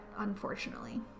Unfortunately